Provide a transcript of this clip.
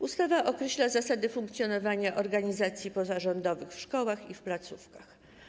Ustawa określa zasady funkcjonowania organizacji pozarządowych w szkołach i w placówkach.